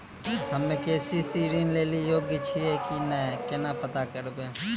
हम्मे के.सी.सी ऋण लेली योग्य छियै की नैय केना पता करबै?